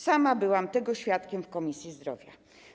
Sama byłam tego świadkiem w Komisji Zdrowia.